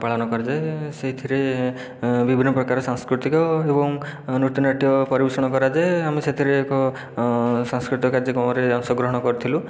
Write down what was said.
ପାଳନ କରାଯାଏ ସେହିଥିରେ ବିଭିନ୍ନ ପ୍ରକାର ସାଂସ୍କୃତିକ ଏବଂ ନୃତ୍ୟ ନାଟ୍ୟ ପରିବେଷଣ କରାଯାଏ ଆମେ ସେଥିରେ ଏକ ସାଂସ୍କୃତିକ କାର୍ଯ୍ୟକ୍ରମରେ ଅଂଶଗ୍ରହଣ କରିଥିଲୁ